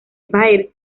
baird